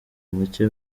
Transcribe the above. make